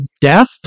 death